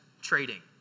trading